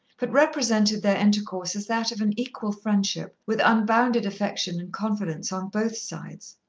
but represented their intercourse as that of an equal friendship, with unbounded affection and confidence on both sides.